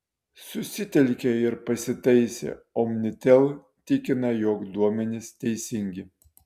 susitelkė ir pasitaisė omnitel tikina jog duomenys teisingi